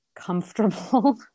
comfortable